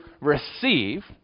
receive